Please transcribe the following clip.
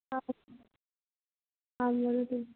आम् आं वदतु